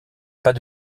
pas